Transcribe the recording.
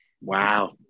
Wow